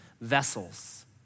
vessels